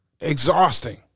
exhausting